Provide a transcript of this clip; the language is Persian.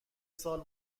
سال